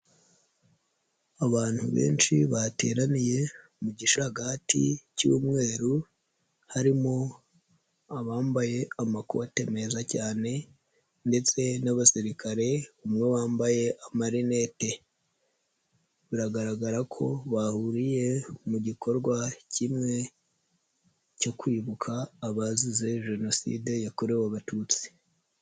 Abantu benshi bateraniye mu gisharagati cy'umweru harimo abambaye amakoti meza cyane ndetse n'abasirikare umwe wambaye amarinete, biragaragara ko bahuriye mu gikorwa kimwe cyo kwibuka abazize Jenoside yakorewe Abatutsi.